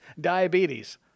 diabetes